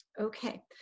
Okay